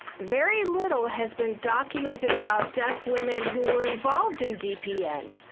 very little has been documented about deaf women who were involved in dpn.